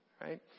right